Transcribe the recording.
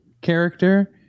character